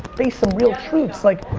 face some real truths. like,